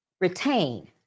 retain